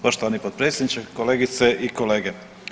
Poštovani potpredsjedniče, kolegice i kolege.